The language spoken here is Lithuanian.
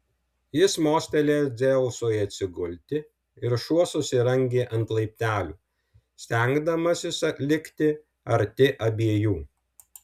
jis mostelėjo dzeusui atsigulti ir šuo susirangė ant laiptelių stengdamasis likti arti abiejų